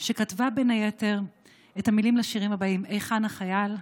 שכתבה בין היתר את המילים לשירים הבאים: "היכן החייל",